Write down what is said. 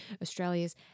Australia's